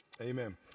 amen